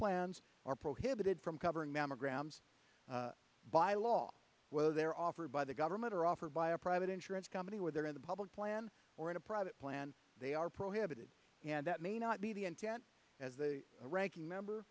plans are prohibited from covering mammograms by law whether they're offered by the government or offered by a private insurance company whether in the public plan or in a private plan they are prohibited and that may not be the intent as the ranking member